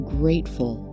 grateful